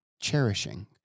cherishing